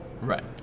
Right